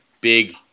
big